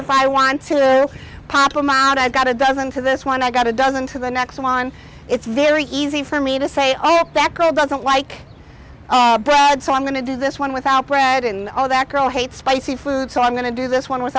if i want to pop lamont i've got a dozen to this one i got a dozen to the next one it's very easy for me to say i hope that girl doesn't like brad so i'm going to do this one without brad and all that girl hates spicy food so i'm going to do this one w